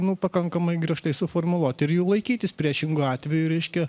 nu pakankamai griežtai suformuluoti ir jų laikytis priešingu atveju reiškia